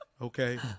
Okay